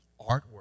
artwork